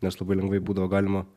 nes labai lengvai būdavo galima